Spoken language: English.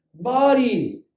body